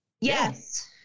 Yes